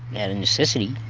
and necessity,